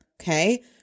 okay